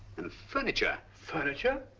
and furniture. furniture?